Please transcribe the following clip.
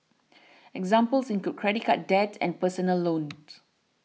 examples include credit card debt and personal loans